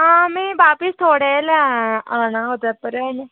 हां में बापस थुआढ़े ले औना ओह्दे पर